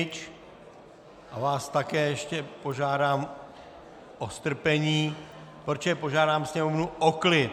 A vás také ještě požádám o strpení, protože požádám sněmovnu o klid!